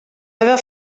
aveva